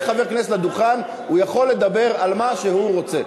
חבר כנסת לדוכן הוא יכול לדבר על מה שהוא רוצה.